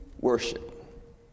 worship